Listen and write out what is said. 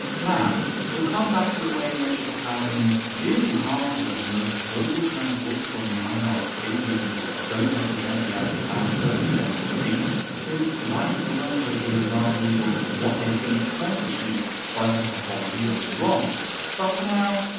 now, we'll come back to the way in which it's apparently really harmful that the most vocal trans voices online are crazy people that don't represent the, average trans person on the street' since white and polumbo give examples of what they think constitutes psychopathology later on but, for now,